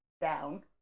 down